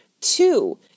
Two